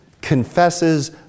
confesses